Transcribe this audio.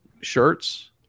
shirts